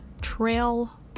trail